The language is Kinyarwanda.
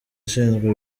ushinzwe